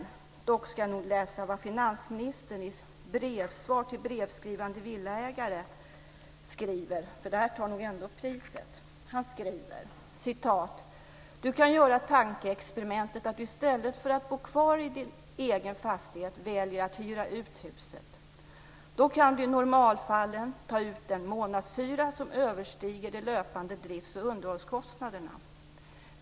Dock ska jag läsa vad finansministern skriver i ett svar till brevskrivande villaägare, för det tar nog ändå priset. Han skriver: "Du kan göra tankeexperimentet att du i stället för bo kvar i din egen fastighet väljer att hyra ut huset. Då kan du i normalfallet ta ut en månadshyra som överstiger de löpande drifts och underhållskostnaderna.